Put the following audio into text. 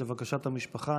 לבקשת המשפחה,